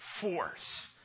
force